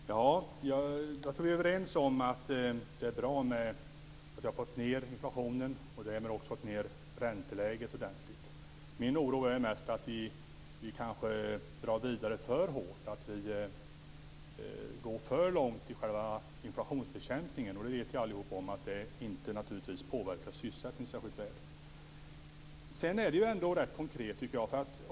Fru talman! Jag tror att vi är överens om att det är bra att vi har fått ned inflationen och därmed också fått ned ränteläget ordentligt. Min oro gäller mest att vi kanske drar vidare för hårt, att vi går för långt i själva inflationsbekämpningen. Och vi vet alla att det inte påverkar sysselsättningen särskilt väl.